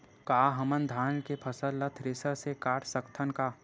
का हमन धान के फसल ला थ्रेसर से काट सकथन का?